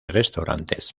restaurantes